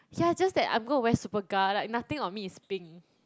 yeah just that I'm going to wear Superga like nothing on me is pink